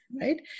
Right